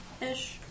ish